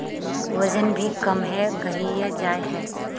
वजन भी कम है गहिये जाय है?